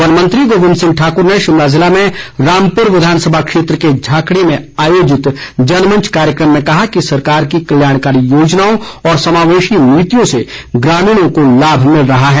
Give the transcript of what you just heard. वनमंत्री गोविंद ठाकुर ने शिमला जिले में रामपुर विधानसभा क्षेत्र के झाकड़ी में आयोजित जनमंच कार्यक्रम में कहा कि सरकार की कल्याणकारी योजनाओं और समावेशी नीतियों से ग्रामीणों को लाभ मिल रहा है